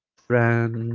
friends